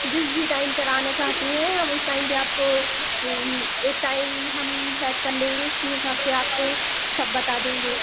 जिस भी टाइम पर आना चाहती हैं हम उस टाइम पर आपको एक टाइम हम सेट कर लेंगे उसके हिसाब से आपको सब बता देंगे